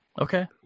okay